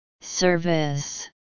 Service